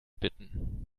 bitten